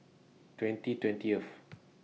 twenty twentieth